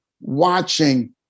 watching